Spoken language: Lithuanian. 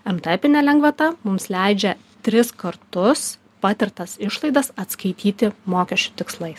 emtepinė lengvata mums leidžia tris kartus patirtas išlaidas atskaityti mokesčių tikslais